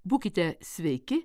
būkite sveiki